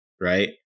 right